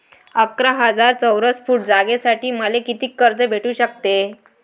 अकरा हजार चौरस फुट जागेसाठी मले कितीक कर्ज भेटू शकते?